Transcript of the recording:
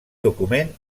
document